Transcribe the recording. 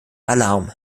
alarm